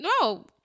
no